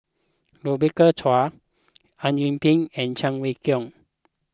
Rebecca Chua Au Yue Pak and Cheng Wai Keung